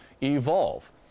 evolve